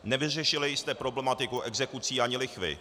Nevyřešili jste problematiku exekucí ani lichvy.